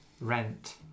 rent